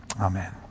Amen